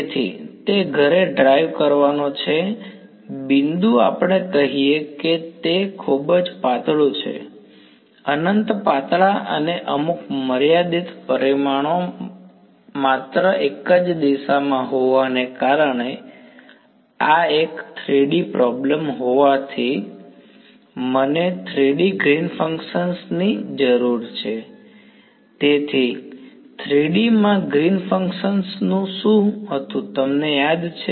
તેથી તે ઘરે ડ્રાઇવ કરવાનો છે બિંદુ આપણે કહીએ કે તે ખૂબ પાતળું છે અનંત પાતળા અને અમુક મર્યાદિત પરિમાણો માત્ર એક જ દિશામાં હોવાને કારણે આ એક 3D પ્રોબ્લેમ હોવાથી મને 3D Green's function Green's function ની જરૂર છે તેથી 3D માં ગ્રીન્સ ફંક્શન Green's function નું શું હતું તમને યાદ છે